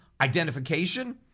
identification